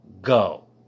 go